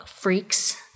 freaks